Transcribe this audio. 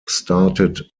started